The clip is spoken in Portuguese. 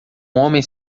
homem